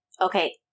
Okay